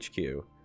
HQ